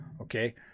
okay